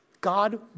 God